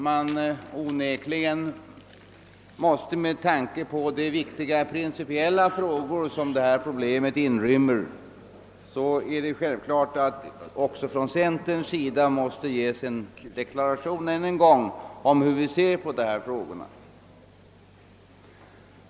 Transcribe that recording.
Med tanke på de viktiga principiella frågor som detta problem inrymmer måste det naturligtvis även från centerpartiets sida än en gång deklareras hur vi ser på denna fråga.